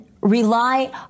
rely